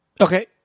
Okay